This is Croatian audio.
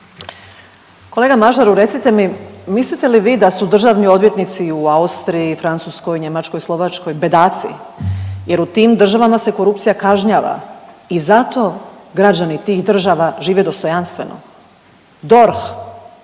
Kolega Mažaru recite mi mislite li vi da su državni odvjetnici u Austriji, Francuskoj, Njemačkoj, Slovačkoj bedaci jer u tim državama se korupcija kažnjava i zato građani tih država žive dostojanstveno. DORH